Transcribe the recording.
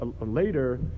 later